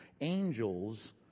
angels